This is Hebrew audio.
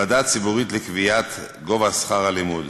ועדה ציבורית לקביעת גובה שכר הלימוד,